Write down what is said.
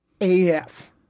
AF